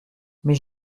mais